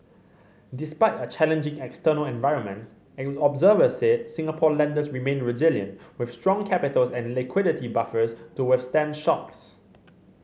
despite a challenging external environment observers said Singapore lenders remain resilient with strong capital and liquidity buffers to withstand shocks